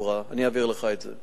אני אעביר לך את זה.